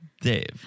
Dave